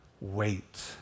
wait